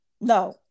no